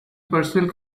personal